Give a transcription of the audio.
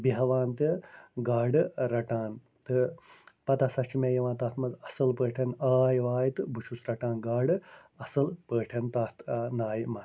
بیٚہوان تہٕ گاڈٕ رَٹان پَتہٕ ہَسا چھ مےٚ یِوان تتھ مَنٛز اصل پٲٹھۍ آے واے تہٕ بہٕ چھُس رَٹان گاڈٕ اصل پٲٹھۍ تتھ نایہِ مَنٛز